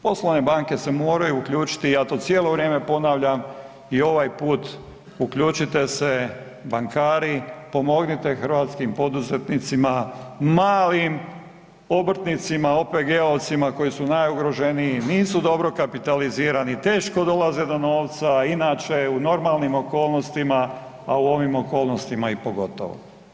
Poslovne banke se moraju uključiti i ja to cijelo vrijeme ponavljam i ovaj put, uključite se bankari, pomognite hrvatskim poduzetnicima, malim obrtnicima, OPG-ovcima koji su najugroženiji, nisu dobro kapitalizirani, teško dolaze do novaca i inače u normalnim okolnostima, a u ovim okolnostima i pogotovo.